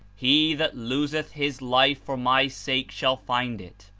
he that loseth his life for my sake shall find it,